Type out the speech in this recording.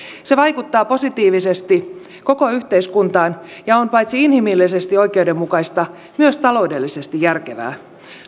se vaikuttaa positiivisesti koko yhteiskuntaan ja on paitsi inhimillisesti oikeudenmukaista myös taloudellisesti järkevää